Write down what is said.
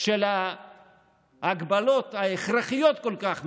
של ההגבלות ההכרחיות כל כך,